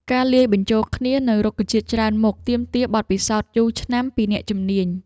ការលាយបញ្ចូលគ្នានូវរុក្ខជាតិច្រើនមុខ ទាមទារបទពិសោធន៍យូរឆ្នាំពីអ្នកជំនាញ។